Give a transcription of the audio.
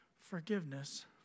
forgiveness